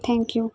thank you